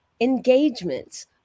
engagements